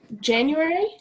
january